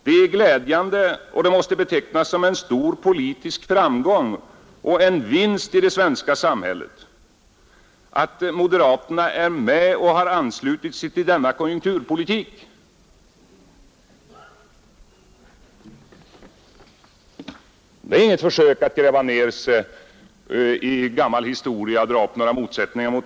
Det är glädjande och måste betecknas som en stor politisk framgång och en vinst för det svenska samhället, att moderaterna har anslutit sig till denna konjunkturpolitik. Det är inget försök att gräva ner sig i gammal historia och dra upp gamla motsättningar.